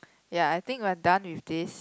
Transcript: ya I think we are done with this